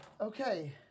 okay